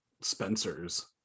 spencer's